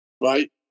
right